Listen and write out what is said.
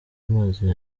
mazi